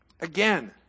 Again